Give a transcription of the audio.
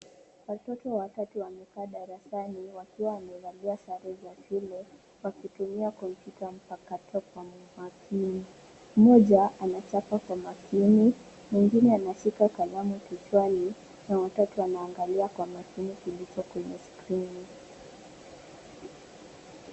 Watoto watatu wamekaa darasani wakiwa wamevalia sare za shule wakitumia kompyuta mpakato kwa umakini. Mmoja anataka kwa makini, mwingine anashika kalamu kichwani na watoto wanaangalia kwa makini kilicho kwenye skrini.